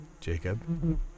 Jacob